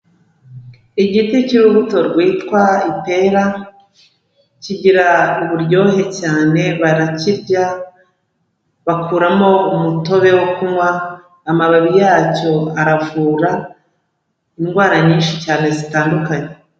Igiti cy'urubuto rwitwa ipera, kigira uburyohe cyane barakirya, bakuramo umutobe wo kunywa, amababi yacyo aravura indwara nyinshi cyane zitandukanye.